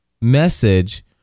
message